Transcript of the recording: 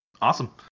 Awesome